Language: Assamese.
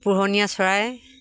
পুহনীয়া চৰাই